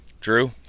Drew